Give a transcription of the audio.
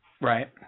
right